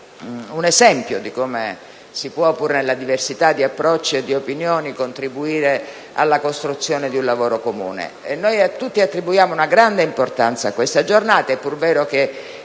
un esempio di come si può, pure nella diversità di approcci e di opinioni, contribuire alla costruzione di un lavoro comune. Noi tutti attribuiamo una grande importanza a questa giornata.